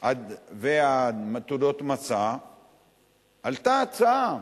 ותעודות המסע עלתה הצעה,